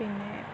പിന്നെ